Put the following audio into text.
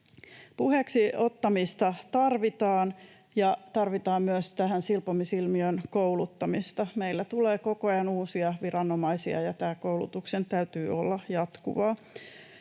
Puheeksi ottamista tarvitaan ja tarvitaan myös tähän silpomisilmiöön kouluttamista. Meillä tulee koko ajan uusia viranomaisia, ja tämän koulutuksen täytyy olla jatkuvaa.